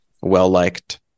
well-liked